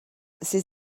ses